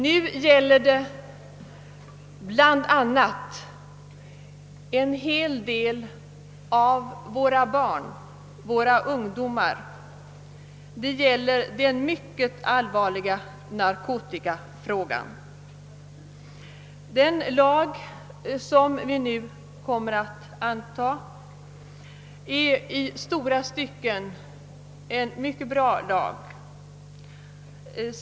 Nu gäller det bl.a. en hel del av våra barn och ungdomar — det gäller den mycket allvarliga narkotikafrågan. Den lag som vi nu kommer att anta är i långa stycken mycket bra.